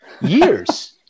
years